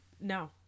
No